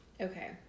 Okay